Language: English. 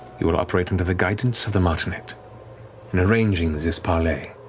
you will operate under the guidance of the martinet in arranging this parlay.